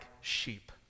sheep